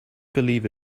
believe